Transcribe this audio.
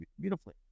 beautifully